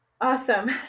Awesome